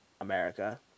America